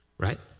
right?